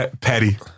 Patty